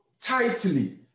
tightly